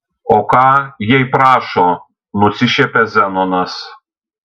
o ką jei prašo nusišiepia zenonas